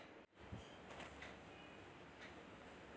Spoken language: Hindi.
एक वरिष्ठ नागरिक को निवेश से क्या लाभ मिलते हैं?